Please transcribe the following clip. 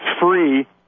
free